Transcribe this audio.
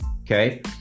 Okay